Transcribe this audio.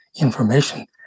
information